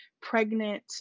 pregnant